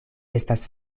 estas